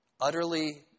Utterly